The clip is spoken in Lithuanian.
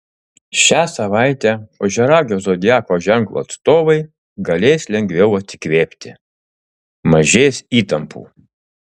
šią savaitę ožiaragio zodiako ženklo atstovai galės lengviau atsikvėpti mažės įtampų